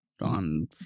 on